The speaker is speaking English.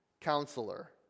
counselor